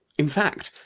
in fact,